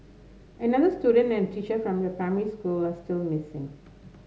another student and a teacher from the primary school are still missing